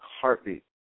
heartbeat